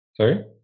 Sorry